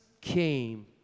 came